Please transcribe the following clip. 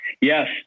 Yes